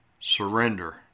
surrender